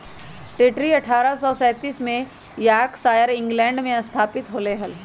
Tetley अठ्ठारह सौ सैंतीस में यॉर्कशायर, इंग्लैंड में स्थापित होलय हल